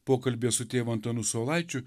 pokalbyje su tėvu antanu saulaičiu